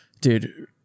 dude